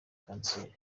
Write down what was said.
kanseri